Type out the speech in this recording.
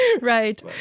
Right